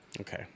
Okay